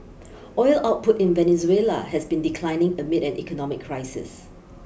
oil output in Venezuela has been declining amid an economic crisis